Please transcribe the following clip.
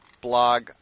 blog